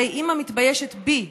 הרי אימא מתביישת בי,